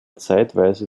zeitweise